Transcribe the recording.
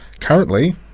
currently